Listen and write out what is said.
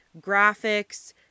graphics